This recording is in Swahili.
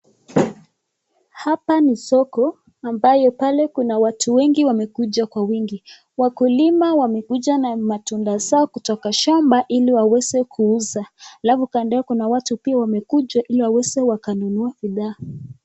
Hapa ni soko ambayo pale kuna watu wengi wamekuja kwa wingi. Wakulima wamekuja na matunda zao kutoka shamba ili waweze kuuza alafu kando yao kuna watu wamekuja ili wakaweze wakanunua bidhaa.